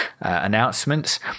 announcements